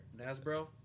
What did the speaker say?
Nasbro